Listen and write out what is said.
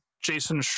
Jason